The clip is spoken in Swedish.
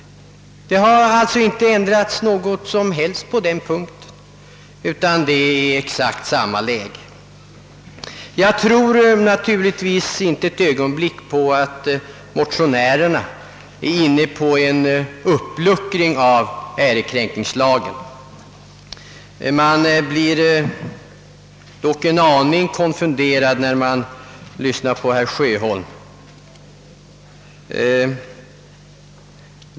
På den punkten har alltså inte något som helst ändrats, utan läget är exakt detsamma. Jag tror naturligtvis inte ett ögonblick att motionärerna siktar till en uppluckring av ärekränkningslagen. Man blir dock en aning konfunderad när man lyssnar till herr Sjöholm.